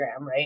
right